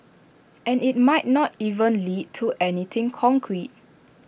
and IT might not even lead to anything concrete